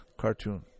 cartoon